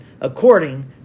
according